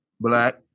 black